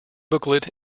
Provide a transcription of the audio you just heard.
booklet